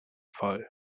voll